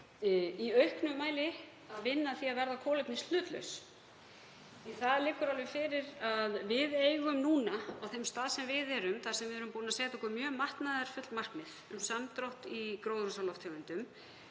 í auknum mæli að vinna að því að verða kolefnishlutlaus. Það liggur alveg fyrir að á þeim stað sem við erum núna, þar sem við erum búin að setja okkur mjög metnaðarfull markmið um samdrátt í gróðurhúsalofttegundum,